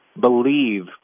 Believe